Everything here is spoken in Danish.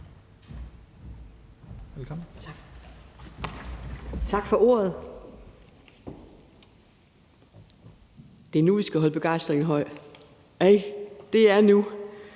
Tak for ordet. Det er nu, vi skal holde begejstringen oppe. Det er